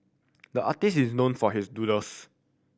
the artist is known for his doodles